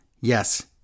yes